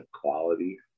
quality